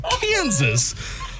Kansas